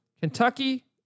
Kentucky